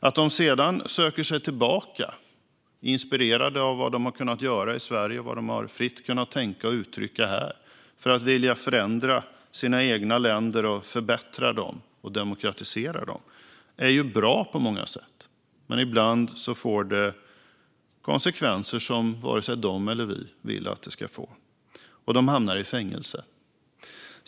Att de sedan söker sig tillbaka, inspirerade av vad de har kunnat göra i Sverige och vad de fritt har kunna tänka och uttrycka här, för att de vill förändra sina egna länder och förbättra och demokratisera dem är ju bra på många sätt. Men ibland får det konsekvenser som varken de eller vi vill att det ska få, och de hamnar i fängelse.